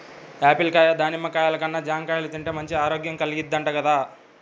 Apple కాయ, దానిమ్మ కాయల కన్నా జాంకాయలు తింటేనే మంచి ఆరోగ్యం కల్గిద్దంట గదా